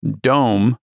dome